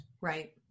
right